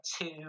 two